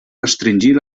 restringir